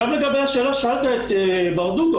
גם לגבי השאלה ששאלת את ברדוגו.